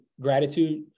gratitude